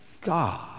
God